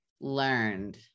learned